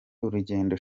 urugendo